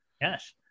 yes